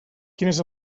quines